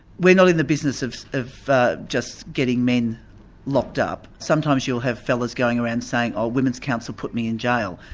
we're not in the business of of just getting men locked up, sometimes you'll have fellows going around and saying, oh, women's council put me in jail.